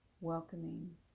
welcoming